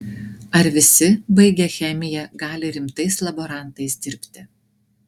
ar visi baigę chemiją gali rimtais laborantais dirbti